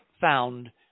found